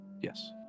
Yes